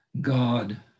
God